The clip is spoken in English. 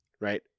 right